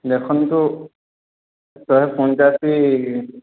ଦେଖନ୍ତୁ ଶହେ ପଞ୍ଚାଅଶି